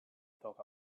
talk